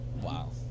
Wow